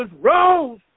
rose